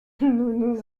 nous